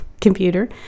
computer